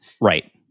Right